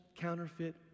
counterfeit